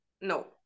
No